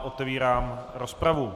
Otevírám rozpravu.